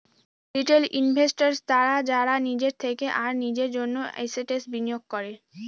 retail investors তারা যারা নিজের থেকে আর নিজের জন্য এসেটস বিনিয়োগ করে